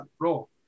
role